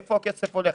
לאיפה הכסף הולך?